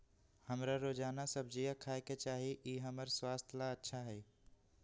हमरा रोजाना सब्जिया खाय के चाहिए ई हमर स्वास्थ्य ला अच्छा हई